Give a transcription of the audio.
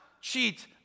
cheat